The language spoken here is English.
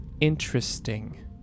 interesting